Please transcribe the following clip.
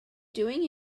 doing